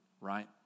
right